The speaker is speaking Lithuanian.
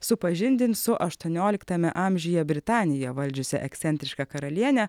supažindint su aštuonioliktame amžiuje britaniją valdžiusia ekscentriška karaliene